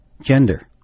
gender